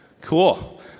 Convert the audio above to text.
cool